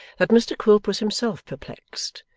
that mr quilp was himself perplexed,